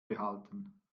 behalten